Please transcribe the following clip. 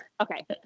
Okay